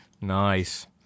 Nice